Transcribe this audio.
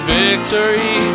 victory